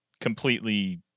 completely